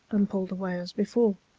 and pulled away as before.